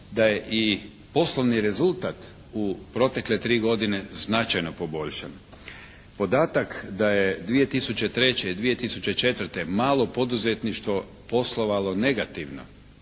da je i poslovni rezultat u protekle tri godine značajno poboljšan. Podatak da je 2003. i 2004. malo poduzetništvo poslovalo negativno